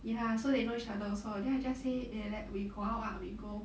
ya so they know each other also so I just say we go out lah we go